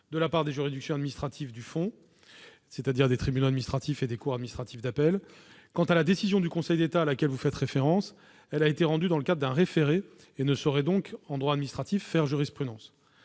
de la part des juridictions administratives du fond, à savoir les tribunaux administratifs et les cours administratives d'appel. Quant à la décision du Conseil d'État à laquelle vous faites référence, elle a été rendue dans le cadre d'un référé et ne saurait donc, en droit administratif, faire jurisprudence.